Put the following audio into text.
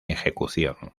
ejecución